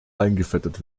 eingefettet